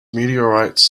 meteorites